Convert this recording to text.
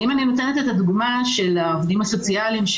אם אני נותנת את הדוגמה של העובדים הסוציאליים,